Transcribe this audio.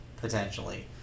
potentially